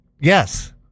yes